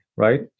Right